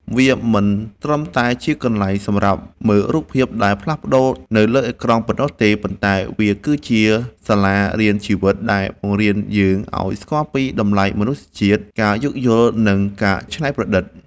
វាមិនត្រឹមតែជាកន្លែងសម្រាប់មើលរូបភាពដែលផ្លាស់ប្តូរនៅលើអេក្រង់ប៉ុណ្ណោះទេ ប៉ុន្តែវាគឺជា សាលារៀនជីវិត ដែលបង្រៀនយើងឱ្យស្គាល់ពីតម្លៃមនុស្សជាតិ ការយោគយល់ និងការច្នៃប្រឌិត។